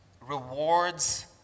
rewards